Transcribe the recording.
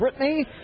Britney